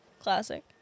Classic